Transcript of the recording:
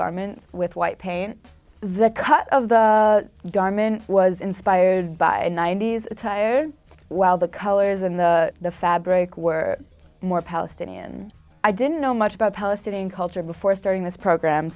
garment with white paint the cut of the garment was inspired by ninety's attire while the colors in the the fabric were more palestinian i didn't know much about palestinian culture before starting this program